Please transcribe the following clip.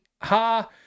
ha